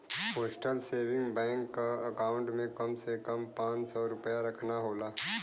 postal saving bank क account में कम से कम पांच सौ रूपया रखना होला